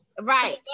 Right